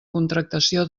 contractació